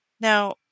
Now